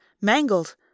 mangled